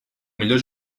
millor